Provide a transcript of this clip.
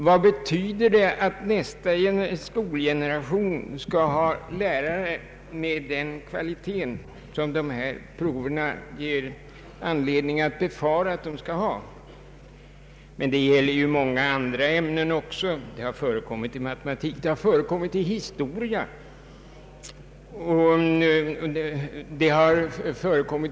Vad betyder det att nästa skolgeneration skall ha lärare med den kvalitet som dessa prov ger anledning att befara? Det har också förekommit klagomål beträffande matematik, historia och nationalekonomi.